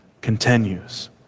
continues